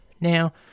Now